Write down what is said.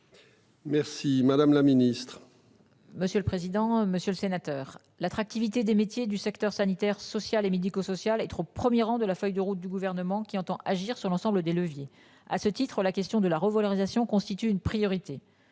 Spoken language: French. Merci madame la ministre. Monsieur le président, Monsieur le Sénateur, l'attractivité des métiers du secteur sanitaire, sociale et médico-sociale, être au 1er rang de la feuille de route du gouvernement qui entend agir sur l'ensemble des leviers à ce titre la question de la revalorisation constitue une priorité.